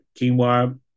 quinoa